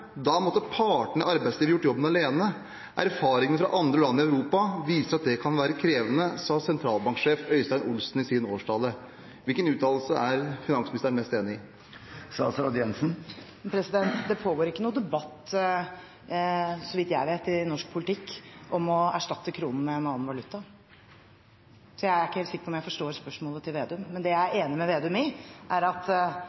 Da måtte partene i arbeidslivet gjort jobben alene. Erfaringer fra andre land i Europa viser at det kan være krevende». Hvilken uttalelse er finansministeren mest enig i? Det pågår ikke noen debatt, så vidt jeg vet, i norsk politikk om å erstatte kronen med en annen valuta, så jeg er ikke helt sikker på om jeg forstår spørsmålet fra Slagsvold Vedum. Det jeg er enig med Slagsvold Vedum i, er at